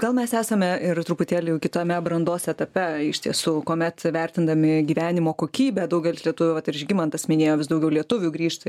gal mes esame ir truputėlį kitame brandos etape iš tiesų kuomet vertindami gyvenimo kokybę daugelis lietuvių vat ir žygimantas minėjo vis daugiau lietuvių grįžta